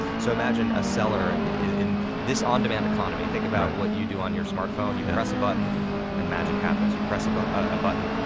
so imagine a seller in this on-demand economy. think about what you do on your smartphone you press a button and magic happens. you press a button,